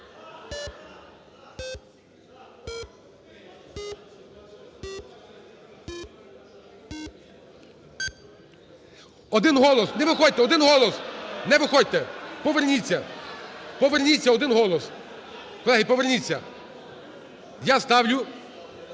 Один голос. Не виходьте – один голос. Не виходьте! Поверніться! Поверніться – один голос! Колеги, поверніться. Я ставлю